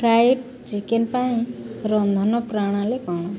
fried chicken ପାଇଁ ରନ୍ଧନ ପ୍ରଣାଳୀ କ'ଣ